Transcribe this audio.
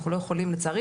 אנחנו לא יכולים לצערי,